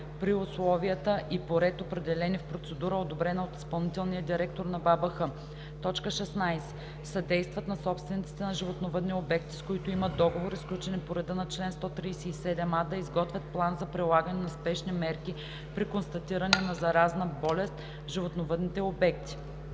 при условия и по ред, определени в процедура, одобрена от изпълнителния директор на БАБХ; 16. съдействат на собствениците на животновъдни обекти, с които имат договори, сключени по реда на чл. 137а, да изготвят план за прилагане на спешни мерки при констатиране на заразна болест в животновъдните обекти.“